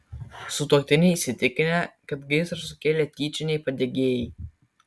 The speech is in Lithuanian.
sutuoktiniai įsitikinę kad gaisrą sukėlė tyčiniai padegėjai